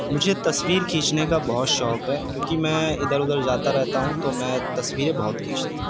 مجھے تصویر کھینچنے کا بہت شوق ہے کیونکہ میں ادھر ادھر جاتا رہتا ہوں تو میں تصویریں بہت کھینچتا ہوں